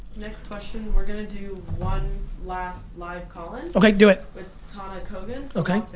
next question, we're gonna do one last, live call-in okay, do it with tana cogan okay.